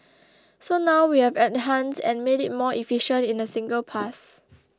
so now we have enhanced and made it more efficient in a single pass